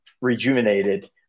rejuvenated